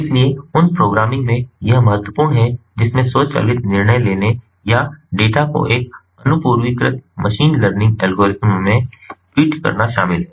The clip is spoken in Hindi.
इसलिए उन प्रोग्रामिंग में यह महत्वपूर्ण है जिसमें स्वचालित निर्णय लेने या डेटा को एक अनपुर्वीकृत मशीन लर्निंग एल्गोरिदम में ट्वीट करना शामिल है